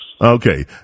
Okay